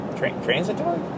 Transitory